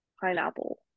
pineapple